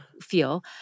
feel